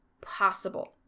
possible